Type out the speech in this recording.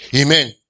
Amen